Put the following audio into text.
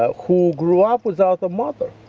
ah who grew up without a mother,